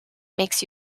makes